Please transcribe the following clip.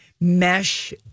mesh